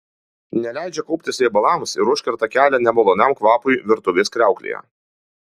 neleidžia kauptis riebalams ir užkerta kelią nemaloniam kvapui virtuvės kriauklėje